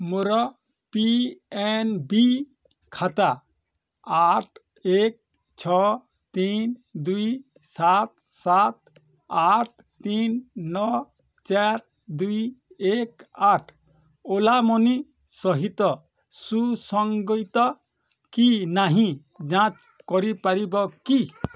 ମୋର P N B ଖାତା ଆଠ ଏକ ଛଅ ତିନି ଦୁଇ ସାତ ସାତ ଆଠ ତିନି ନଅ ଚାରି ଦୁଇ ଏକ ଆଠ ଓଲା ମନି ସହିତ ସୁସଙ୍ଗୀତ କି ନାହିଁ ଯାଞ୍ଚ କରିପାରିବ କି